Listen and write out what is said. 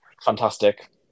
Fantastic